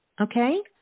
Okay